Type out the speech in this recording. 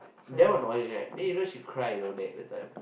damn annoying right then you know she cried you know that time